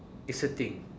it's a thing